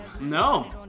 No